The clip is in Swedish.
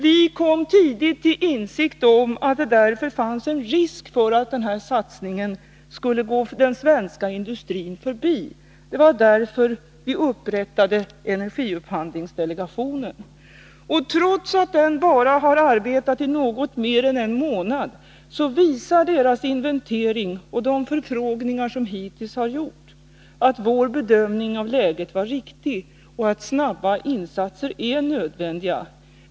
Vi kom tidigt till insikt om att det fanns en risk för att denna satsning skulle gå den svenska industrin förbi. Det var därför vi upprättade energiupphandlingsdelegationen. Trots att den bara arbetat i något mer än en månad visar dess inventering och de förfrågningar som hittills har gjorts att vår bedömning av läget var riktig och att snabba insatser är nödvändiga.